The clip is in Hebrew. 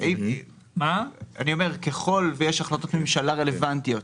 אני אומר, ככל שיש החלטות ממשלה רלוונטיות,